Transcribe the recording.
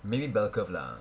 maybe bell curve lah